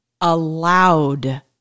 allowed